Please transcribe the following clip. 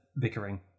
Bickering